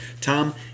Tom